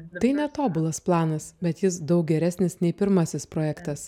tai netobulas planas bet jis daug geresnis nei pirmasis projektas